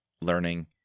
learning